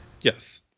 Yes